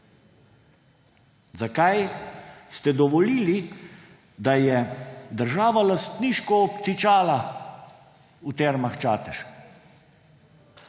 Zakaj ste dovolili, da je država lastniško obtičala v Termah Čatež?